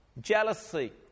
Jealousy